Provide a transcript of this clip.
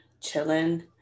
chilling